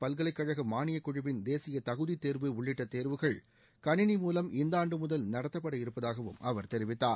பல்கலைக்கழக மானியக்குழுவின் தேசிய தகுதித் தேர்வு உள்ளிட்ட தேர்வுகள் கணினி மூலம் இந்த ஆண்டு முதல் நடத்தப்பட இருப்பதாகவும் அவர் தெரிவித்தார்